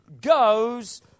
goes